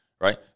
right